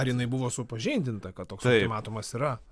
ar jinai buvo supažindinta kad toks ultimatumas yra